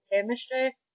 chemistry